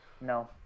No